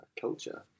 culture